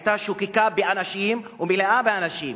היא היתה שוקקה באנשים ומלאה באנשים.